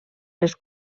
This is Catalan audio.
les